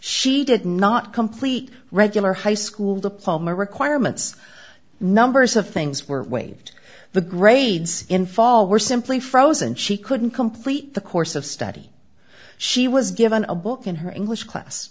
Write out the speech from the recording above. she did not complete regular high school diploma requirements numbers of things were waived the grades in fall were simply frozen she couldn't complete the course of study she was given a book in her english class